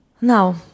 Now